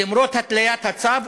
למרות התליית הצו,